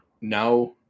now